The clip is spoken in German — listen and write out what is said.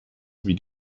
wie